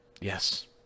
Yes